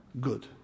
good